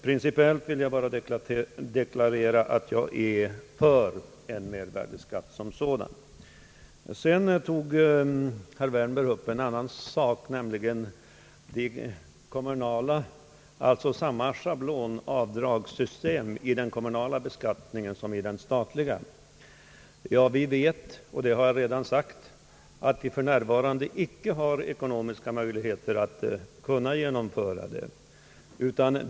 Principiellt vill jag bara deklarera att jag är för en mervärdeskatt som sådan. Herr Wärnberg tog sedan upp en annan sak, nämligen samma schablonavdragssystem i den kommunala beskattningen som i den statliga. Vi vet — och det har jag redan sagt — att vi för närvarande icke har ekonomiska möjligheter att genomföra detta.